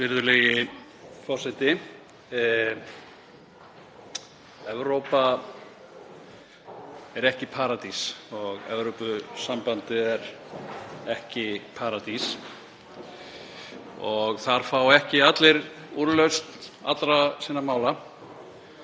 Virðulegi forseti. Evrópa er ekki paradís og Evrópusambandið er ekki paradís og þar fá ekki allir úrlausn allra sinna mála.